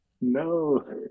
No